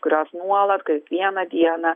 kurios nuolat kiekvieną dieną